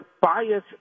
bias